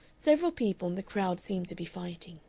several people in the crowd seemed to be fighting.